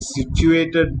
situated